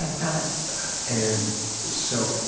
got it and so,